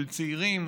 של צעירים,